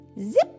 Zip